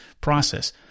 process